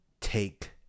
take